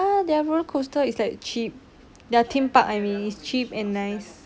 their roller coaster is like cheap their theme park I mean is cheap and nice